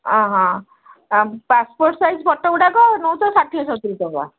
ହଁ ହଁ passport size ଫଟୋଗୁଡ଼ାକ ନେଉଛ ଷାଠିଏ ସତୁରି ଟଙ୍କା